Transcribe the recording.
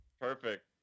Perfect